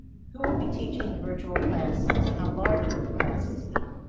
who will be teaching virtual classes? how large will the classes be?